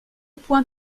point